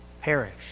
perish